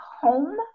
home